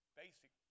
basic